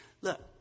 Look